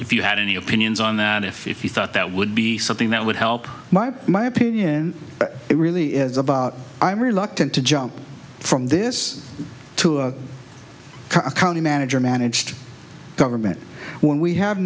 if you had any opinions on that if you thought that would be something that would help my my opinion it really is about i'm reluctant to jump from this to a county manager managed government when we have